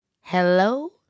Hello